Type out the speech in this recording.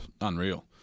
unreal